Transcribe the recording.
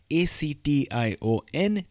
action